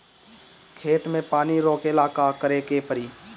खेत मे पानी रोकेला का करे के परी?